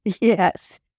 Yes